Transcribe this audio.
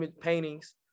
paintings